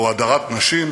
או הדרת נשים.